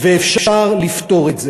ואפשר לפתור את זה.